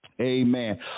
Amen